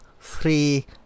three